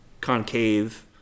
concave